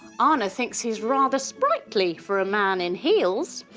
anna thinks he's rather sprightly for a man in heels.